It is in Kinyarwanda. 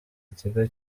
ikigo